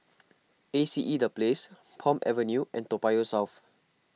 A C E the Place Palm Avenue and Toa Payoh South